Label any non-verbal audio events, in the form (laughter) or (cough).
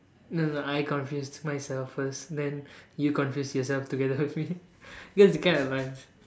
no no I confused myself first then you confused yourself together with me (laughs) you know kind of like